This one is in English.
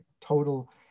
total